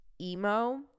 emo